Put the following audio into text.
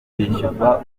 bishyurwa